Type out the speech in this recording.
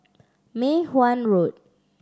Mei Hwan Road